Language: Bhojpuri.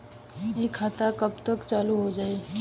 इ खाता कब तक चालू हो जाई?